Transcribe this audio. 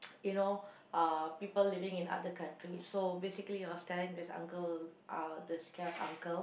you know uh people living in other countries so basically was telling this uncle uh this cab uncle